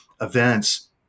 events